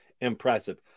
impressive